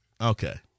Okay